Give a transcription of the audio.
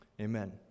amen